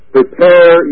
Prepare